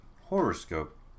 Horoscope